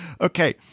okay